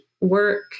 work